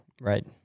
Right